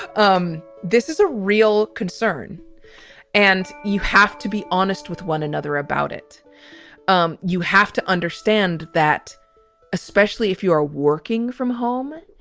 um this is a real concern and you have to be honest with one another about it um you have to understand that especially if you are working from home,